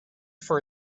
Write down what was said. for